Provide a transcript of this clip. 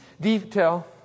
detail